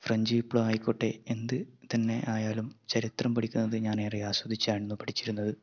French വിപ്ലവം ആയിക്കോട്ടെ എന്ത് തന്നെ ആയാലും ചരിത്രം പഠിക്കുന്നത് ഞാനേറെ ആസ്വദിച്ചായിരുന്നു പഠിച്ചിരുന്നത്